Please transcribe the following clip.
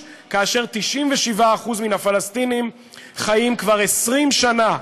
97% מן הפלסטינים חיים כבר 20 שנה,